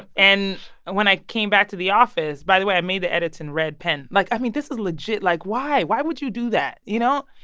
and and when i came back to the office by the way, i made the edits in red pen. like, i mean, this is legit. like, why? why would you do that, you know?